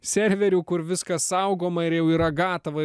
serverių kur viskas saugoma ir jau yra gatava